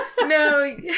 No